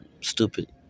stupid